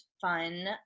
fun